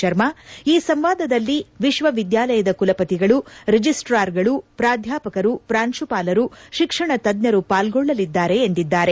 ಶರ್ಮಾ ಈ ಸಂವಾದಲ್ಲಿ ವಿಶ್ವ ವಿದ್ಯಾಲಯದ ಕುಲಪತಿಗಳು ರಿಜಿಸ್ಟಾರ್ಗಳು ಪ್ರಾಧ್ಯಾಪಕರು ಪ್ರಾಂಶುಪಾಲರು ಶಿಕ್ಷಣ ತಜ್ಞರು ಪಾಲ್ಗೊಳ್ಳಲಿದ್ದಾರೆ ಎಂದಿದ್ದಾರೆ